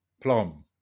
Plum